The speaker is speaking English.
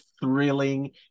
thrilling